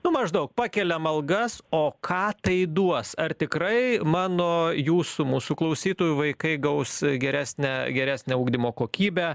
nu maždaug pakeliam algas o ką tai duos ar tikrai mano jūsų mūsų klausytojų vaikai gaus geresnę geresnę ugdymo kokybę